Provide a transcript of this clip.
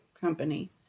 company